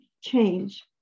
change